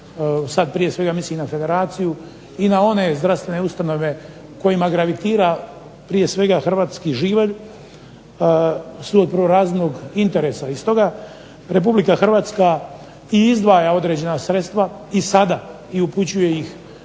sad prije svega mislim na Federaciju, i na one zdravstvene ustanove kojima gravitira prije svega hrvatski …/Govornik se ne razumije./… svog prvorazrednog interesa, i stoga Republika Hrvatska i izdvaja određena sredstva i sada i upućuje ih